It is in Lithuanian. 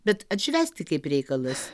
bet atšvęsti kaip reikalas